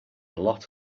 lot